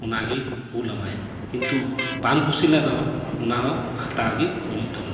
ᱚᱱᱟᱜᱮ ᱠᱩᱞᱟᱢᱟᱭ ᱠᱤᱱᱛᱩ ᱵᱟᱢ ᱠᱩᱥᱤ ᱞᱮᱱ ᱨᱮᱦᱚᱸ ᱚᱱᱟ ᱦᱚᱸ ᱦᱟᱛᱟᱣ ᱜᱮ ᱦᱩᱭᱩᱜ ᱛᱟᱢᱟ